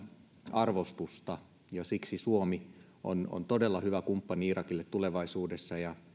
arvostusta ja siksi suomi on todella hyvä kumppani irakille tulevaisuudessa